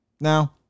Now